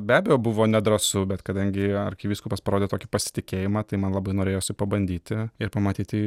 be abejo buvo nedrąsu bet kadangi arkivyskupas parodė tokį pasitikėjimą tai man labai norėjosi pabandyti ir pamatyti